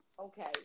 okay